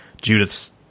Judith